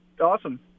awesome